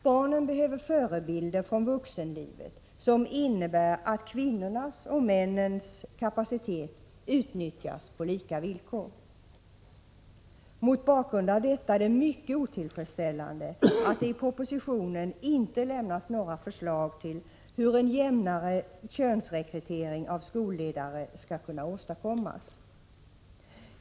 Barnen behöver förebilder från vuxenlivet som innebär att kvinnornas och männens kapacitet utnyttjas på lika villkor. Mot bakgrund av detta är det mycket otillfredsställande att det i propositionen inte lämnas några förslag till hur en jämnare könsrekrytering av skolledare skall kunna åstadkommas.